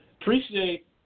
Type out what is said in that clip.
Appreciate